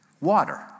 Water